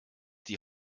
die